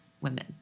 women